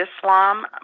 Islam